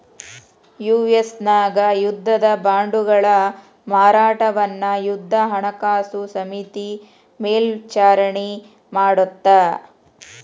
US ನ್ಯಾಗ ಯುದ್ಧದ ಬಾಂಡ್ಗಳ ಮಾರಾಟವನ್ನ ಯುದ್ಧ ಹಣಕಾಸು ಸಮಿತಿ ಮೇಲ್ವಿಚಾರಣಿ ಮಾಡತ್ತ